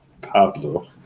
Pablo